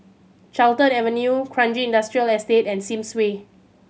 Carlton Avenue Kranji Industrial Estate and Sims Way